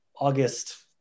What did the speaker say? August